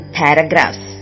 paragraphs